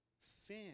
sin